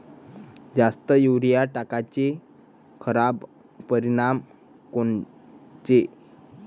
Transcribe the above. जास्त युरीया टाकल्याचे खराब परिनाम कोनचे?